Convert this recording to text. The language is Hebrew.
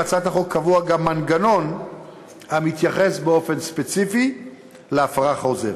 בהצעת החוק קבוע גם מנגנון המתייחס באופן ספציפי להפרה חוזרת.